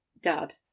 Dad